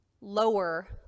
lower